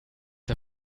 der